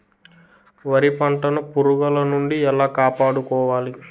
వరి పంటను పురుగుల నుండి ఎలా కాపాడుకోవాలి?